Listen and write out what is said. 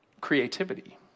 creativity